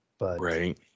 Right